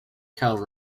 cattle